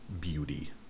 beauty